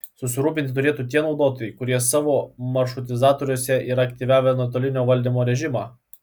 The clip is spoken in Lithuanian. susirūpinti turėtų tie naudotojai kurie savo maršrutizatoriuose yra aktyvavę nuotolinio valdymo režimą